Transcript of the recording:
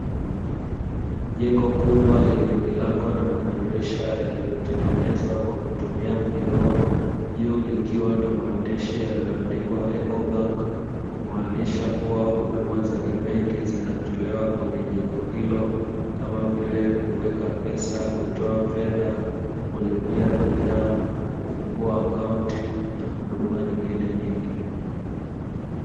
Jengo kubwa lenye milango na madirisha yaliyotengenezwa kwa kutumia vioo juu likiwa na maandishi yaliyoandikwa "EKO BANK" kumaanisha kuwa huduma za kibenki zinatolewa kwenye jengo hilo, kama vile kuweka pesa, kutoa fedha, kulipia bidhaa, kufungua akaunti na huduma nyingine nyingi.